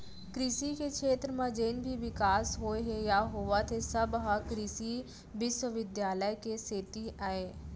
कृसि के छेत्र म जेन भी बिकास होए हे या होवत हे सब ह कृसि बिस्वबिद्यालय के सेती अय